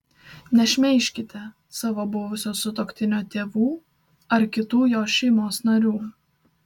nešmeižkite savo buvusio sutuoktinio tėvų ar kitų jo šeimos narių